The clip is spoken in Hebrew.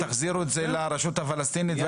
תחזירו את זה לרשות הפלסטינית,